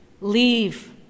Leave